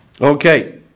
Okay